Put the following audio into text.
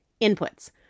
inputs